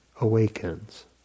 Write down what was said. awakens